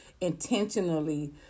intentionally